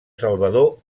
salvador